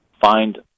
find